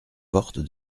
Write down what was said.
porte